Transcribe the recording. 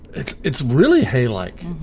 it's it's really hay like